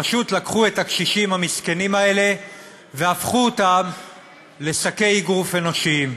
פשוט לקחו את הקשישים המסכנים האלה והפכו אותם לשקי אגרוף אנושיים.